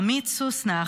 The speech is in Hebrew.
עמית סוסנה,